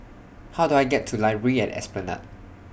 How Do I get to Library At Esplanade